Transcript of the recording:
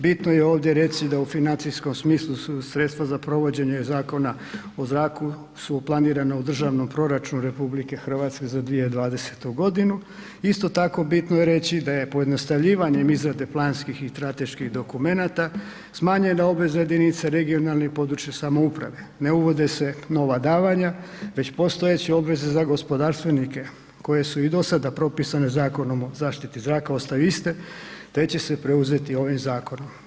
Bitno je ovdje reći da u financijskom smislu su sredstva za provođenje zakona o zraku su planirana u državnom proračunu RH za 2020. g. Isto tako, bitno je reći da je pojednostavljivanje izrade planskih i strateških dokumenata smanjenja obveza jedinica regionalne i područne samouprave, ne uvode se nova davanja već postojeće obveze za gospodarstvenike koje su i do sada propisane Zakonom o zaštiti zraka ostaju iste te će se preuzeti ovim zakonom.